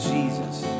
Jesus